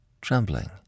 trembling